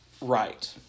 Right